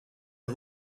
est